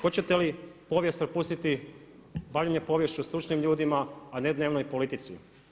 Hoćete li povijest prepustiti, bavljenje povijesti stručnim ljudima a ne dnevnoj politici?